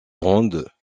grandes